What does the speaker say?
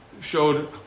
showed